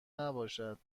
نباشد